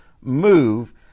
move